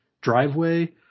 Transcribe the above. driveway